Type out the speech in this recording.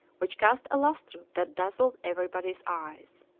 which cast a lustre that dazzled every body's eyes.